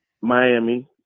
Miami